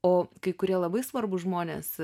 o kai kurie labai svarbūs žmonės